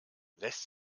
lässt